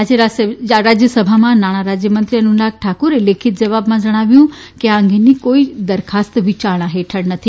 આજે રાજ્યસભામાં નાણાં રાજ્યમંત્રી અનુરાગ ઠાકુરે લેખિત જવાબમાં જણાવ્યું કે આ અંગેની કોઇ જ દરખાસ્ત વિચારણા હેઠળ નથી